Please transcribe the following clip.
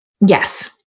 Yes